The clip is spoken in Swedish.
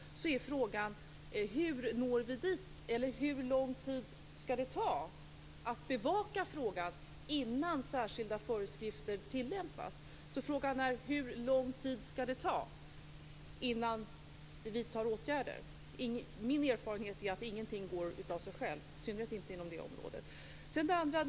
Hur länge skall vi bevaka frågan innan åtgärder i form av särskilda föreskrifter införs? Min erfarenhet är att ingenting går av sig självt och att det i synnerhet gäller inom detta område.